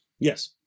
Yes